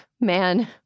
man